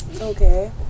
Okay